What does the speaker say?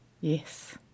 Yes